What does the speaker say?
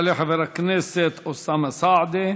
יעלה חבר הכנסת אוסאמה סעדי,